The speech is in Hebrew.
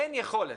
אין יכולת.